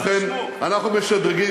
ובכן, אנחנו משדרגים.